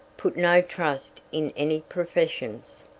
put no trust in any professions.